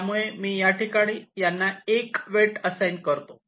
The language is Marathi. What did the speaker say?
त्यामुळे मी याठिकाणी यांना 1 वेट असाइन करतो